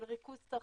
של ריכוז צרכנים,